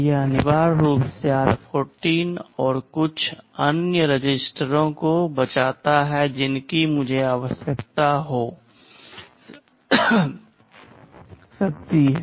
यह अनिवार्य रूप से r14 और कुछ अन्य रजिस्टरों को बचाता है जिनकी मुझे आवश्यकता हो सकती है